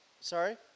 Sorry